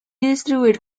distribuir